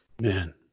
Man